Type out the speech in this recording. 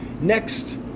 Next